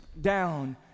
down